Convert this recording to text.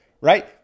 right